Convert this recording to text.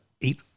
eat